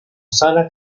sala